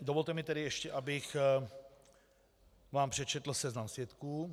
Dovolte mi tedy ještě, abych vám přečetl seznam svědků.